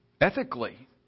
ethically